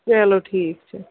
چلو ٹھیٖک چھُ